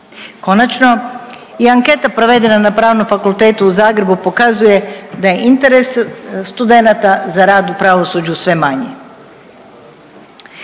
Konačno i anketa provedena na Pravnom fakultetu u Zagrebu pokazuje da je interes studenata za rad u pravosuđu sve manji.